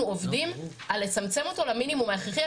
עובדים על לצמצם אותו למינימום ההכרחי,